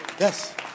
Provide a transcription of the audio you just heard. Yes